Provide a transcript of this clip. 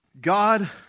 God